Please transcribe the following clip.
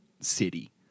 city